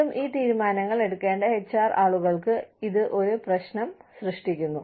വീണ്ടും ഈ തീരുമാനങ്ങൾ എടുക്കേണ്ട എച്ച്ആർ ആളുകൾക്ക് ഇത് ഒരു പ്രശ്നം സൃഷ്ടിക്കുന്നു